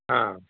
ਹਾਂ